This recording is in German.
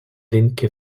linke